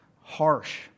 harsh